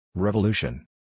Revolution